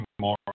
more